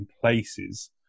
places